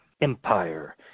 Empire